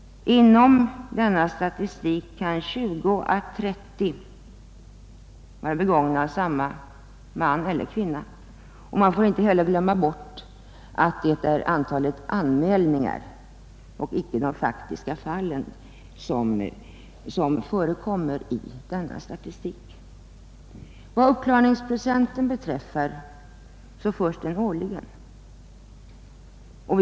Inom denna statistik kan 20 — 30 brott vara begångna av samma man eller kvinna, och man skall heller inte glömma bort att det är antalet anmälningar och inte antalet faktiska brott som förekommer i denna statistik. Vad uppklaringsprocenten beträffar så anges den för varje år.